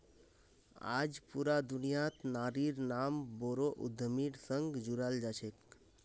आज पूरा दुनियात नारिर नाम बोरो उद्यमिर संग जुराल छेक